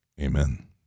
Amen